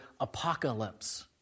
apocalypse